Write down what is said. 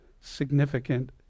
significant